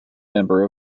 member